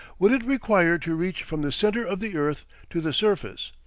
would it require to reach from the centre of the earth to the surface,